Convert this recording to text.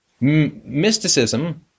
Mysticism